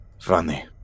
Funny